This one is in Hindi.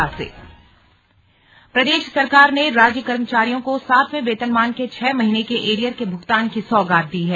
स्लग कैबिनेट प्रदेश सरकार ने राज्य कर्मचारियों को सातवें वेतनमान के छह महीने के एरियर के भूगतान की सौगात दी है